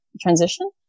transition